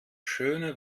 schöne